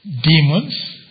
Demons